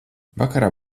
vakarā